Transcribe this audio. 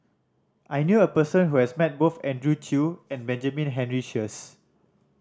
I knew a person who has met both Andrew Chew and Benjamin Henry Sheares